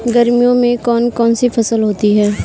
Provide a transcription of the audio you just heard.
गर्मियों में कौन कौन सी फसल होती है?